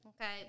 Okay